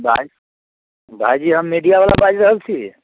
बाज भाइजी हम मीडिया बला बाजि रहल छी